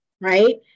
right